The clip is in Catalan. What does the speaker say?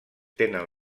tenen